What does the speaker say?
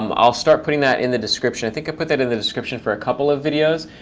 um i'll start putting that in the description. i think i put that in the description for a couple of videos.